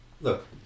Look